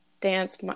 dance